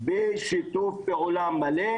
בשיתוף פעולה מלא,